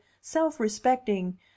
self-respecting